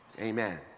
Amen